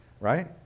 right